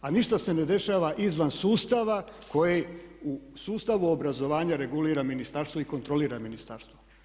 A ništa se ne dešava izvan sustava koji u sustavu obrazovanja regulira ministarstvo i kontrolira ministarstvo.